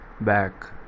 back